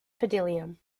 palladium